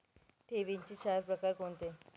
ठेवींचे चार प्रकार कोणते?